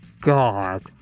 God